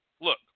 look